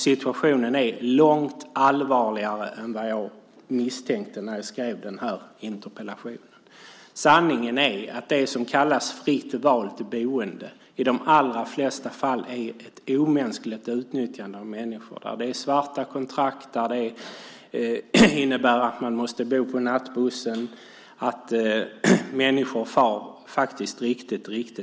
Situationen är långt allvarligare än vad jag misstänkte när jag skrev interpellationen. Sanningen är att det som kallas fritt val till boende i de allra flesta fall är ett omänskligt utnyttjande av människor. Det är svarta kontrakt och det kan innebära att man måste bo på nattbussen. Människor far faktiskt riktigt illa.